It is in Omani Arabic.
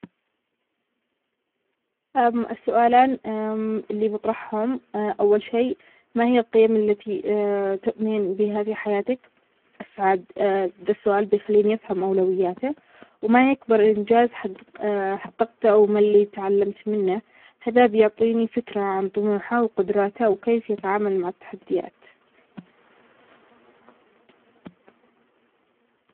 السؤال الأول: "ما أكثر شيء تحبه في حياتك؟" هذا يساعدني أفهم شغفه واهتماماته. السؤال الثاني: "إذا كان بإمكانك تغيير شيء واحد في حياتك، شو بيكون؟" هذا يكشف عن تطلعاته وطموحاته ويساعدني أفهم شخصيته بشكل أعمق.